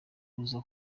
aza